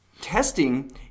testing